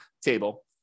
table